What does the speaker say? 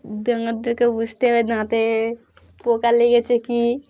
দাঁত দেখে বুঝতে হবে দাঁতে পোকা লেগেছে কি